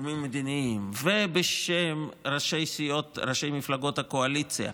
גורמים מדיניים ובשם ראשי מפלגות הקואליציה.